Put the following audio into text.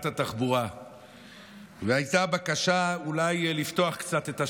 התחבורה הייתה בקשה אולי לפתוח קצת את השבת,